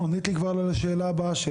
ענית לי כבר על השאלה הבאה שלי.